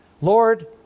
Lord